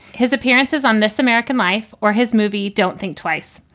his appearances on this american life or his movie don't think twice.